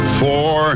four